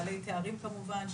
בעלי תארים כמובן,